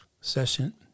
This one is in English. session